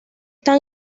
tan